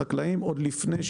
פתוחות שהיו עוד לפני עניין